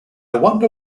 wonder